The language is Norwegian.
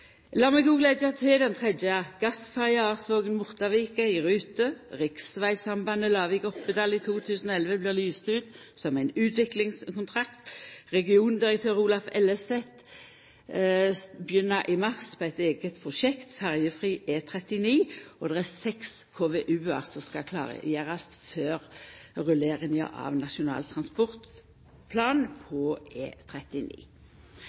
meg òg leggja til: Den tredje gassferja Arsvågen–Mortavika er i rute. Riksvegsambandet Lavik–Oppedal i 2011 blir lyst ut som utviklingskontrakt. Regiondirektør Olav Ellefset begynner i mars på eit eige prosjekt: ferjefri E39, og det er seks KVU-ar som skal klargjerast før rulleringa av Nasjonal transportplan